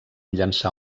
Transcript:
llançar